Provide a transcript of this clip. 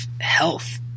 health